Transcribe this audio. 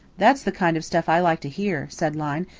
that's the kind of stuff i like to hear, said lyne,